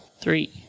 three